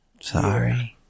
Sorry